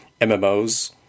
mmos